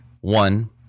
one